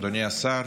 אדוני השר,